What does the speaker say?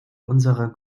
unserer